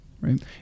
Right